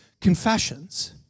confessions